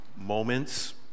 moments